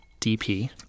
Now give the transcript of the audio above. DP